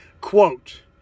Quote